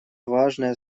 важное